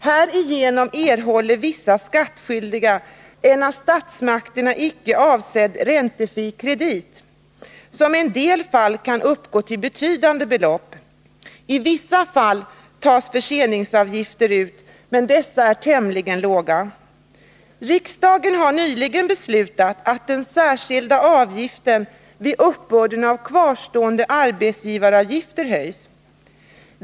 Härigenom erhåller vissa skattskyldiga en av statsmakterna icke avsedd räntefri kredit, som i en del fall kan uppgå till betydande belopp. I vissa fall tas förseningsavgifter ut, men dessa är tämligen låga. Riksdagen har nyligen beslutat att den särskilda avgiften vid uppbörden av kvarstående arbetsgivaravgifter skall höjas.